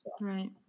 Right